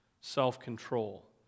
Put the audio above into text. self-control